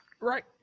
right